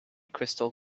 crystal